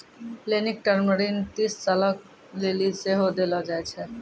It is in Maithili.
लेनिक टर्म ऋण तीस सालो लेली सेहो देलो जाय छै